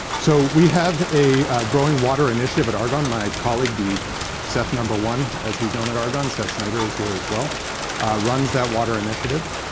so we have a growing water initiative at argonne. my colleague, the seth number one, as he's known at argonne seth snyder is here as well runs that water initiative.